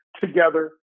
together